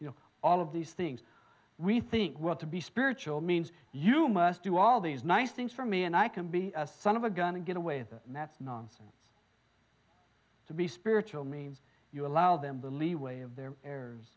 you know all of these things we think want to be spiritual means you must do all these nice things for me and i can be a son of a gun and get away that mad nonsense to be spiritual means you allow them the leeway of their errors